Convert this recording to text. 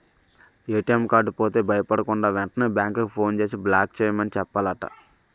ATM card పోతే భయపడకుండా, వెంటనే బేంకుకి ఫోన్ చేసి బ్లాక్ చేయమని చెప్పాలట